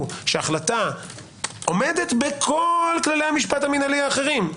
שההחלטה עומדת בכל כללי המשפט המינהליים האחרים,